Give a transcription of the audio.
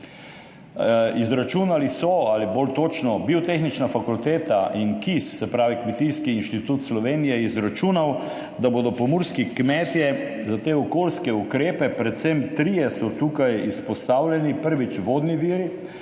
Izračunali so, ali bolj točno, Biotehnična fakulteta in KIS, se pravi Kmetijski inštitut Slovenije, sta izračunala, da bodo pomurski kmetje za te okoljske ukrepe, tukaj so izpostavljeni predvsem trije